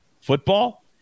football